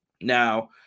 Now